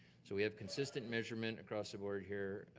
so we have consistent measurement across the board here,